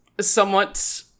somewhat